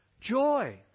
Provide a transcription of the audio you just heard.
Joy